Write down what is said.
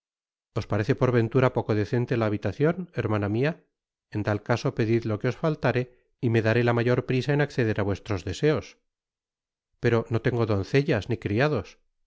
os parece por ventura poco decente la habitacion hermana mia en tal caso pedid lo que os faltare y me daré la mayor prisa en acceder á vuestros deseos pero no tengo doncellas ni criados